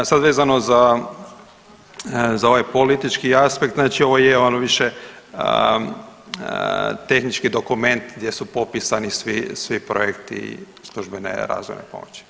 Sad vezano za, za ovaj politički aspekt, znači ovo je ono više tehnički dokument gdje su popisani, svi, svi projekti službene razvojne pomoći.